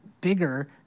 bigger